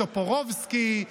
טופורובסקי,